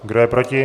Kdo je proti?